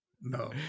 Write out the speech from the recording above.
no